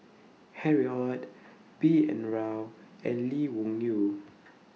Harry ORD B N Rao and Lee Wung Yew